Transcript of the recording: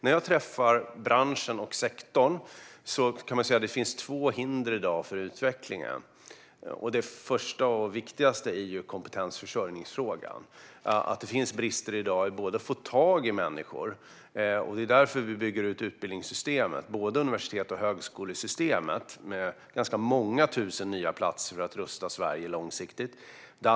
När jag träffar branschen och sektorn tar man upp två hinder för utvecklingen. Det första och viktigaste hindret är kompetensförsörjningsfrågan. Det är problem i dag med att få tag på människor. Det är därför vi bygger ut utbildningsystemet, både universitets och högskolesystemet, med ganska många tusen nya platser för att rusta Sverige långsiktigt.